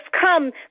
come